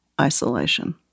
isolation